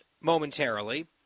momentarily